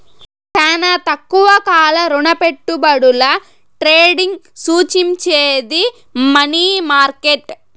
శానా తక్కువ కాల రుణపెట్టుబడుల ట్రేడింగ్ సూచించేది మనీ మార్కెట్